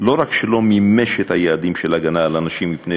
לא רק שלא מימש את היעדים של הגנה על הנשים מפני